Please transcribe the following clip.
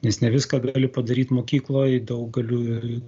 nes ne viską gali padaryti mokykloj daug galiu ir